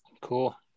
Cool